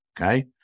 okay